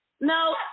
No